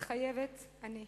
מתחייבת אני.